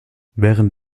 während